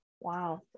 wow